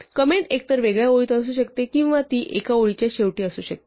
comment एकतर वेगळ्या ओळीत असू शकते किंवा ती एका ओळीच्या शेवटी असू शकते